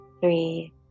three